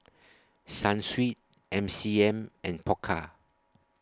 Sunsweet M C M and Pokka